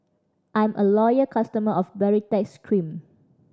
I'm a loyal customer of Baritex Cream